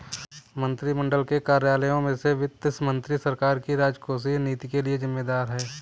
मंत्रिमंडल के कार्यालयों में से वित्त मंत्री सरकार की राजकोषीय नीति के लिए जिम्मेदार है